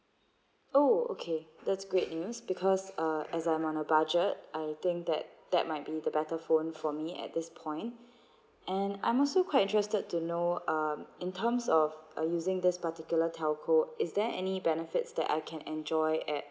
oh okay that's great news because uh as I'm on a budget I think that that might be the better phone for me at this point and I'm also quite interested to know um in terms of uh using this particular telco is there any benefits that I can enjoy at